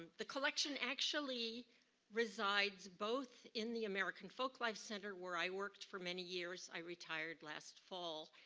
the collection actually resides, both in the american folk life center where i worked for many years, i retired last fall,